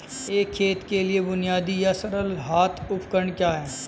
एक खेत के लिए बुनियादी या सरल हाथ उपकरण क्या हैं?